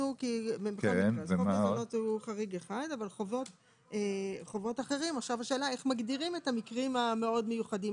אבל חובות אחרים השאלה איך מגדירים את המקרים המאוד מיוחדים,